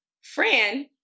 Fran